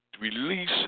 release